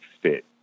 fit